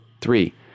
Three